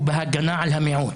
ובהגנה על המיעוט.